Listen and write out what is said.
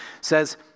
says